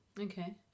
Okay